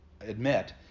admit